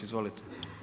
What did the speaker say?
Izvolite.